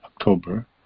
October